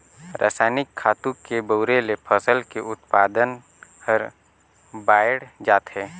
रसायनिक खातू के बउरे ले फसल के उत्पादन हर बायड़ जाथे